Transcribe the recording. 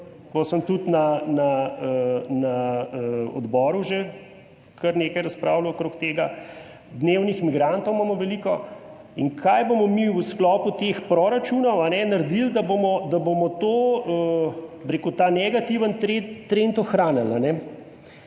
tem se tudi na odboru že kar nekaj razpravljal. Dnevnih migrantov imamo veliko. In kaj bomo mi v sklopu teh proračunov naredili, da bomo ta negativen trend ohranili?